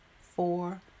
four